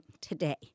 today